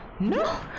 No